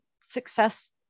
success